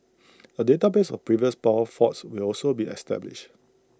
A database of previous power faults will also be established